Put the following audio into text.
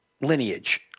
lineage